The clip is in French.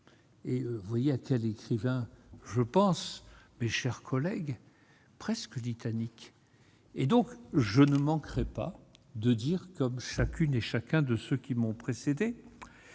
vous voyez, a-t-elle écrivain je pense mes chers collègues, presque, dit Annick et donc je ne manquerai pas de dire, comme chacune et chacun de ceux qui m'ont précédé